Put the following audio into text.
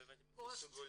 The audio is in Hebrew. לא הבנתי מה זה ייצוג הולם.